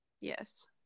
Yes